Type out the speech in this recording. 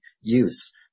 use